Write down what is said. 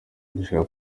ndashaka